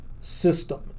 system